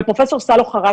ופרופ' סאלו חרץ,